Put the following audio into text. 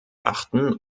achten